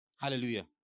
Hallelujah